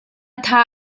tha